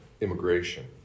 immigration